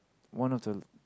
one of the